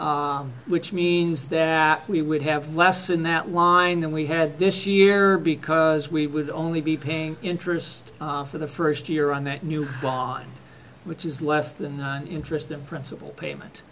bond which means that we would have less in that line than we had this year because we would only be paying interest for the first year on that new law which is less than the interest and principal payment